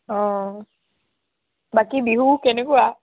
অ বাকি বিহু কেনেকুৱা